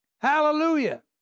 Hallelujah